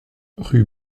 rue